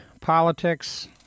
politics